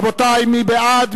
רבותי, מי בעד?